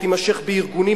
ותימשך בארגונים,